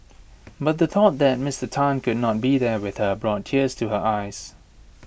but the thought that Mister Tan could not be there with her brought tears to her eyes